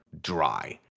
dry